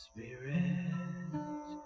Spirit